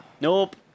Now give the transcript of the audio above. Nope